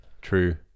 True